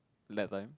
lap time